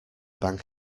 bank